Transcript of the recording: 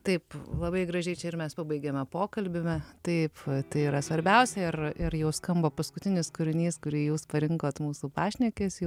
taip labai gražiai ir mes pabaigėme pokalbį taip tai yra svarbiausia ir ir jau skamba paskutinis kūrinys kurį jūs parinkot mūsų pašnekesiui